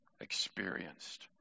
experienced